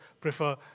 prefer